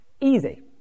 Easy